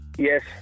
Yes